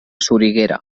soriguera